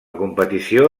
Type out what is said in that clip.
competició